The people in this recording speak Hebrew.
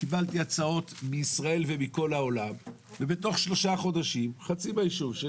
קיבלתי הצעות מישראל ומכל העולם ובתוך שלושה חודשים חצי מהיישוב שלי